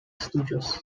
studios